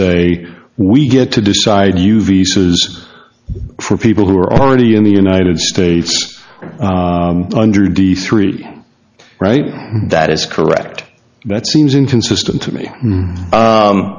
say we get to decide you visas for people who are already in the united states under the three right that is correct that seems inconsistent to me